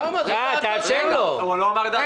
גם מברך על התקנים המאוד מחמירים.